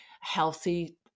healthy